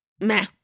meh